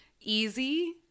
Easy